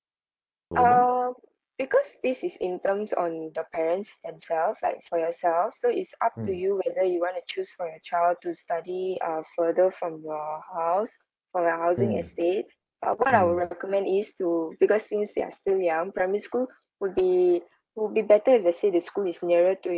um because this is in terms on the parents themselves like for yourself so it's up to you whether you wanna choose for your child to study uh further from your house from your housing estate uh what I will recommend is to because since they are still young primary school would be would be better if let's say the school is nearer to